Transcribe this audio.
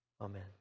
Amen